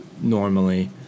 normally